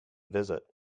visit